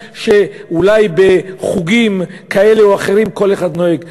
שאולי בחוגים כאלה או אחרים כל אחד נוהג,